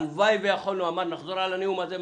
הלוואי והיינו יכולים, אנחנו מנסים.